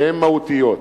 שהן מהותיות.